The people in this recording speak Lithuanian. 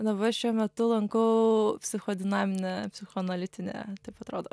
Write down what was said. dabar šiuo metu lankau psichodinaminę psichoanalitinę taip atrodo